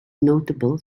notable